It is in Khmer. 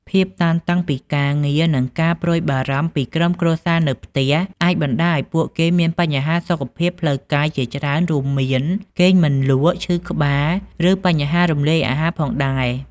ភាពតានតឹងពីការងារ និងការព្រួយបារម្ភពីក្រុមគ្រួសារនៅផ្ទះ អាចបណ្ដាលឲ្យពួកគេមានបញ្ហាសុខភាពផ្លូវកាយជាច្រើនរួមមាន គេងមិនលក់ ឈឺក្បាល ឬបញ្ហារំលាយអាហារផងដែរ។